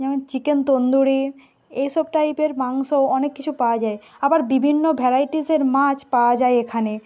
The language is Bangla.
যেমন চিকেন তন্দুরি এই সব টাইপের মাংসও অনেক কিছু পাওয়া যায় আবার বিভিন্ন ভ্যারাইটিসের মাছ পাওয়া যায় এখানে